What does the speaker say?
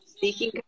seeking